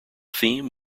theme